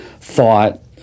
thought